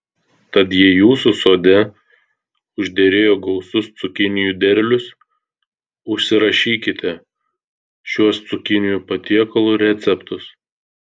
tad jei jūsų sode užderėjo gausus cukinijų derlius užsirašykite šiuos cukinijų patiekalų receptus